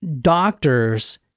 doctors